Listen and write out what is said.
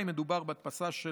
אם מדובר בהדפסה של